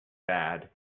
bad